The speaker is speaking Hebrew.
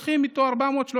הולכים איתו 400,